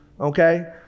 okay